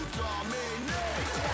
dominate